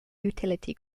utility